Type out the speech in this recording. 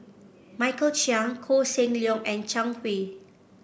Michael Chiang Koh Seng Leong and Zhang Hui